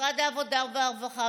משרד העבודה והרווחה,